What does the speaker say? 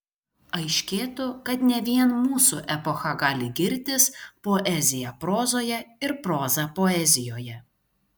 aiškėtų kad ne vien mūsų epocha gali girtis poezija prozoje ir proza poezijoje